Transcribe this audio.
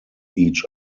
each